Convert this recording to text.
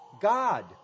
God